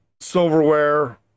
silverware